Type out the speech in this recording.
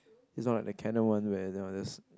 it's not the Canon one where that one is